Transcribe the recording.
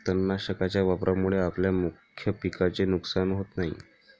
तणनाशकाच्या वापरामुळे आपल्या मुख्य पिकाचे नुकसान होत नाही